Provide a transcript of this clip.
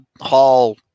Hall